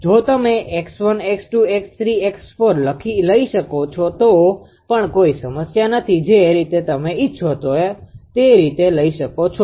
જો તમે 𝑥1 𝑥2 𝑥3 𝑥4 લઈ શકો છો તો પણ કોઈ સમસ્યા નથી જે રીતે તમે ઇચ્છો છો તે રીતે લઈ શકો છો